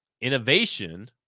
innovation